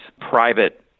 private